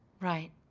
right.